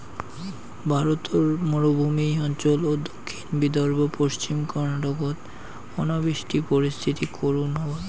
ভারতর মরুভূমি অঞ্চল ও দক্ষিণ বিদর্ভ, পশ্চিম কর্ণাটকত অনাবৃষ্টি পরিস্থিতি করুণ অবস্থা হই